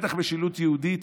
ובטח משילות יהודית?